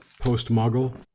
post-muggle